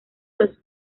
los